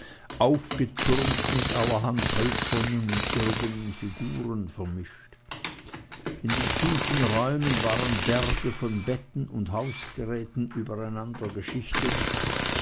aufgetürmt mit allerhand hölzernen und irdenen figuren vermischt in den tieferen räumen waren berge von betten und hausgeräten